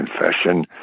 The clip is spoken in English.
confession